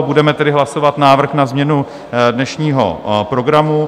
Budeme tedy hlasovat návrh na změnu dnešního programu.